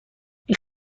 این